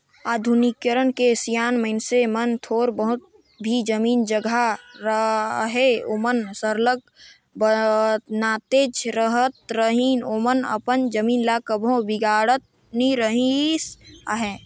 आधुनिकीकरन के सियान मइनसे मन थोर बहुत भी जमीन जगहा रअहे ओमन सरलग बनातेच रहत रहिन ओमन अपन जमीन ल कभू बिगाड़त नी रिहिस अहे